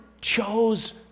chose